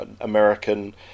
american